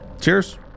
cheers